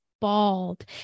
bald